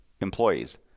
employees